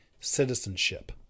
citizenship